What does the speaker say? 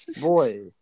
boy